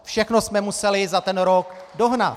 Všechno jsme museli za ten rok dohnat.